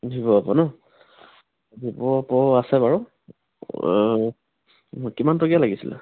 Vivo Oppo ন Vivo Oppo আছে বাৰু কিমান টকীয়া লাগিছিল